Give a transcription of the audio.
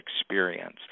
experience